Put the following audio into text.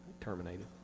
terminated